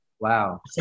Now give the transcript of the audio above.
wow